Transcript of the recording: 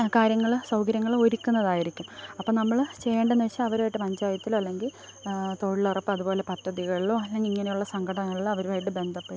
കാര്യങ്ങൾ സൗകര്യങ്ങൾ ഒരുക്കുന്നതായിരിക്കും അപ്പോൾ നമ്മൾ ചെയ്യേണ്ടേന്ന്വച്ച അവരുമായിട്ട് പഞ്ചായത്തില് അല്ലെങ്കിൽ തൊഴിലുറപ്പ് അതുപോലെ പദ്ധതികളിലോ അല്ലെങ്കിൽ ഇങ്ങനെയുള്ള സംഘടനകളില് അവരുമായിട്ട് ബന്ധപ്പെട്ട്